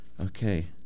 Okay